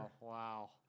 Wow